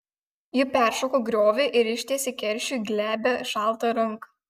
ji peršoko griovį ir ištiesė keršiui glebią šaltą ranką